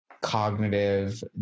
cognitive